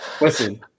listen